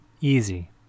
Easy